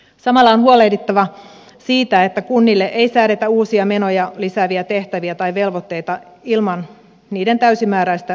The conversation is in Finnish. samalla on huolehdittava siitä että kunnille ei säädetä uusia menoja lisääviä tehtäviä tai velvoitteita ilman niiden täysimääräistä rahoittamista